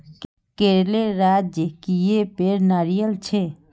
केरलेर राजकीय पेड़ नारियल छे